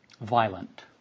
violent